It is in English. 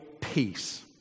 peace